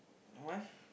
why